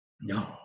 No